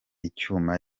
icyuma